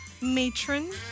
Matron